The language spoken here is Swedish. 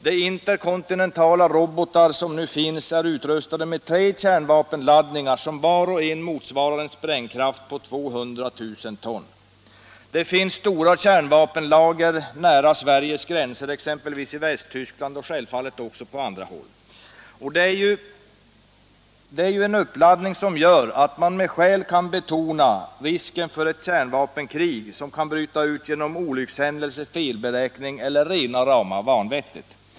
De interkontinentala robotar som nu finns är utrustade med tre kärnvapenladdningar, som var och en motsvarar sprängkraften hos 200 000 ton trotyl. Stora kärnvapenlager finns nära Sveriges gränser, exempelvis i Västtyskland men självfallet också på andra håll. Det är en uppladdning som gör att man med skäl kan betona risken för att ett kärnvapenkrig kan bryta ut genom olyckshändelse, felberäkning eller rena vanvettet.